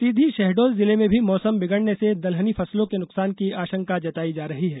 सीधी शहडोल जिले में भी मौसम बिगड़ने से दलहनी फसलों के नुकसान की आशंका जताई जा रही है